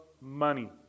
money